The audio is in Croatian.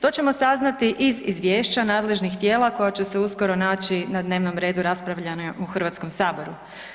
To ćemo saznati iz izvješća nadležnih tijela koja će se uskoro naći na dnevnom redu raspravljane u Hrvatskom saboru.